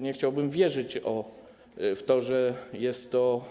Nie chciałbym wierzyć w to, że jest to